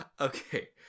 Okay